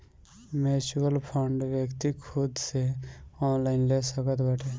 mutual fund व्यक्ति खुद से ऑनलाइन ले सकत बाटे